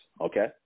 Okay